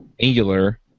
Angular